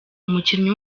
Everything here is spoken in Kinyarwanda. umukinnyi